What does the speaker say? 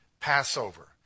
Passover